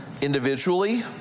Individually